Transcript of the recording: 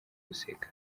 guseka